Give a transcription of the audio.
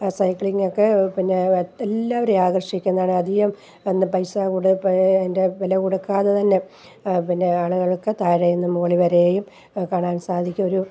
cycling ഒക്കെ പിന്നെ എല്ലാവരെയും ആകർഷിക്കുന്നതാണ് അധികം പിന്നെ പൈസ ഇവിടെ പേ അതിൻറെ വില കൊടുക്കാതെ തന്നെ പിന്നെ ആളുകൾക്ക് താഴെ നിന്ന് മോളിൽ വരെയും അത് കാണാൻ സാധിക്കും ഒരു